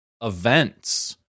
events